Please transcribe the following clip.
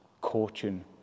coaching